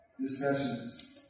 discussions